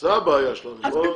זו הבעיה שלנו.